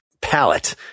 palette